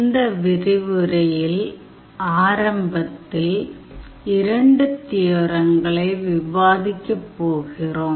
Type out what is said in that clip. இந்த விரிவுரையில் ஆரம்பத்தில் இரண்டு தியோரங்களை விவாதிக்கப் போகிறோம்